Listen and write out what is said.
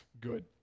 good